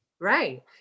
Right